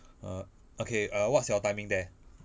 uh okay err what's your timing there